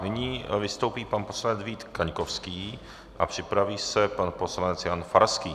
Nyní vystoupí pan poslanec Vít Kaňkovský a připraví se pan poslanec Jan Farský.